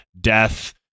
death